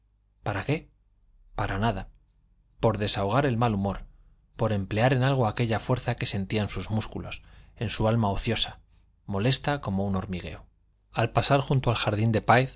para qué para nada por desahogar el mal humor por emplear en algo aquella fuerza que sentía en sus músculos en su alma ociosa molesta como un hormigueo al pasar junto al jardín de